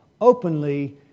openly